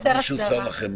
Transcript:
מישהו שם לכם